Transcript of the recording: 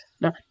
No